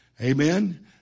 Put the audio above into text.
Amen